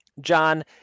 John